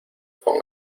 con